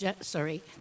sorry